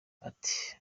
ati